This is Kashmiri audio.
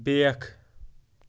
بیٚکھ